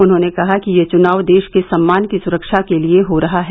उन्होंने कहा कि यह चुनाव देश के सम्मान की सुरक्षा के लिए हो रहा है